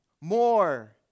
more